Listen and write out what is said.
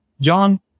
John